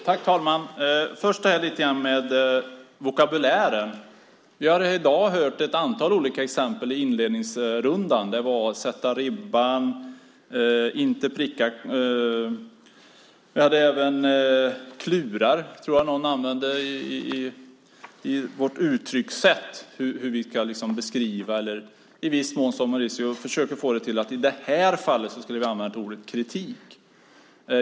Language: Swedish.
Herr talman! Först vill jag säga några ord om vokabulären. Under inledningsrundan här i dag hörde vi ett antal olika exempel, till exempel "att sätta ribban". Jag tror att någon också använde ordet "klura" när det gäller vårt uttryckssätt, hur vi ska beskriva. Mauricio försöker få det till att vi i det här fallet skulle ha använt ordet "kritik".